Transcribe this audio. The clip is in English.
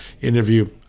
interview